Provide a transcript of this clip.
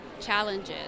challenges